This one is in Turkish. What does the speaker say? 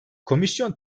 komisyon